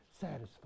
satisfied